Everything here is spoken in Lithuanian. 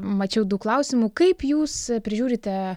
mačiau daug klausimų kaip jūs prižiūrite